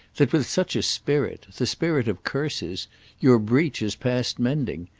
that with such a spirit the spirit of curses your breach is past mending.